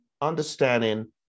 understanding